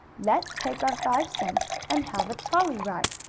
let's take our five cents and have a trolley ride!